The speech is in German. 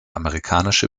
amerikanische